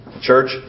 church